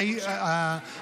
אמרתי בטוחני, חבר הכנסת בליאק.